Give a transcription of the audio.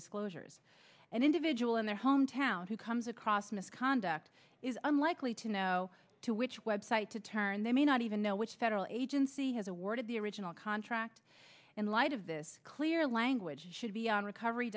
school an individual in their hometown who comes across misconduct is unlikely to know to which website to turn they may not even know which federal agency has awarded the original contract in light of this clear language should be on recovery